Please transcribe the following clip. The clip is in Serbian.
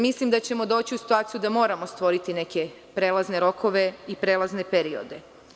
Mislim da ćemo doći u situaciju da moramo stvoriti neke prelazne rokove i prelazne periode.